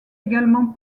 également